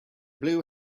blue